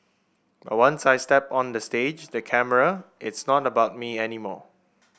but once I step on the stage the camera it's not about me anymore